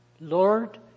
Lord